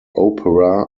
opera